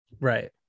Right